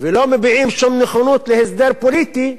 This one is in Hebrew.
ולא מביעים שום נכונות להסדר פוליטי,